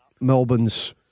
Melbourne's